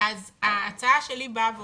אז ההצעה שלי באה ואומר,